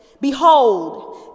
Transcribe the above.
Behold